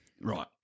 Right